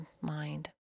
mind